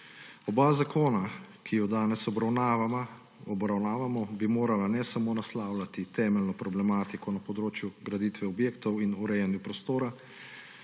Oba zakona, ki ju danes obravnavamo, bi morala ne samo naslavljati temeljne problematike na področju graditve objektov in urejanja prostora,